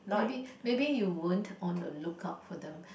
maybe maybe you weren't on the lookout for them